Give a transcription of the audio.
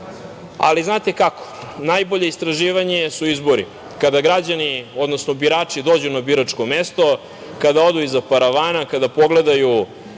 ali znate kako. Najbolje istraživanje su izbori. Kada građani odnosno birači dođu na biračko mesto, kada odu iza paravana, kada pogledaju